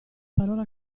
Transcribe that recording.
parola